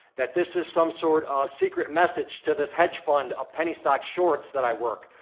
that this is some sort of secret message to this hedge fund of penny stock shorts that i work,